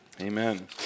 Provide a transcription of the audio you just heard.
amen